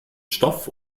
stoff